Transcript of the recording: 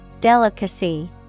Delicacy